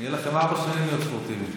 יהיו לכם ארבע שנים להיות אופטימיים.